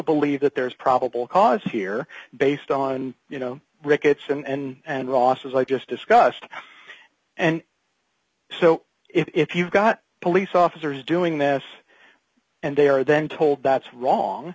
believe that there's probable cause here based on you know rick it's and losses i just discussed and so if you've got police officers doing this and they are then told that's wrong